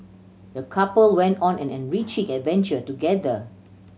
the couple went on an enriching adventure together